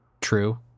true